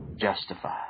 justified